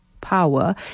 power